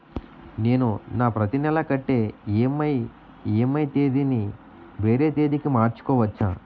నేను నా ప్రతి నెల కట్టే ఈ.ఎం.ఐ ఈ.ఎం.ఐ తేదీ ని వేరే తేదీ కి మార్చుకోవచ్చా?